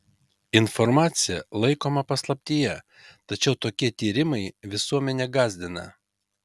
informacija laikoma paslaptyje tačiau tokie tyrimai visuomenę gąsdina